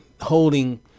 holding